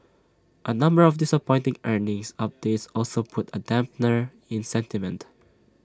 A number of disappointing earnings updates also put A dampener in sentiment